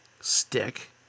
stick